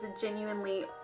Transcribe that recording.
genuinely